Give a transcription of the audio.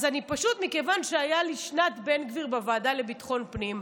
מכיוון שהייתה לי שנת בן גביר בוועדה לביטחון פנים,